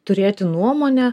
turėti nuomonę